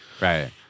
Right